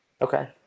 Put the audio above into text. Okay